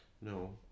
No